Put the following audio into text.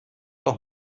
doch